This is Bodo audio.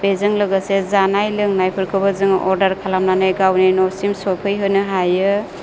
बेजों लोगोसे जानाय लोंनायफाेरखौबाे जाेङाे अर्डार खालामनानै गावनि न'सिम सफैहोनो हायो